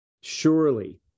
surely